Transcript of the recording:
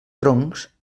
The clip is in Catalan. troncs